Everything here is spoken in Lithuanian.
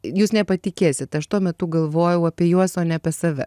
jūs nepatikėsit aš tuo metu galvojau apie juos o ne apie save